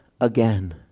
again